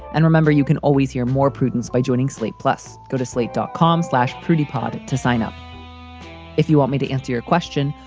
and remember, you can always hear more prudence by joining slate. plus go to slate dot com slash pretty pod to sign up if you want me to answer your question.